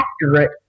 accurate